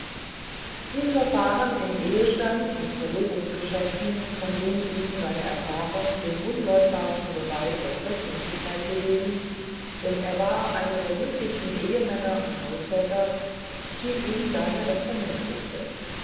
dies verfahren in ehestands und verlobungsgeschäften von dem ihm seine erfahrung den unleugbarsten beweis der zweckmäßigkeit gegeben denn er war einer der glücklichsten ehemänner und hausväter schien ihm daher das vernünftigste